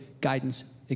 guidance